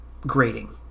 grading